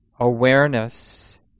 awareness